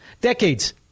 decades